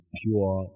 pure